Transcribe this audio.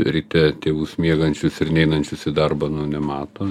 ryte tėvus miegančius ir neinančius į darbą nu nemato